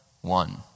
one